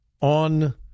on